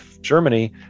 Germany